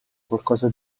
qualcosa